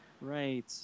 Right